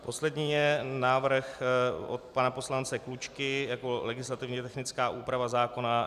Poslední je návrh od pana poslance Klučky jako legislativně technická úprava zákona.